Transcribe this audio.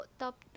top